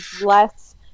less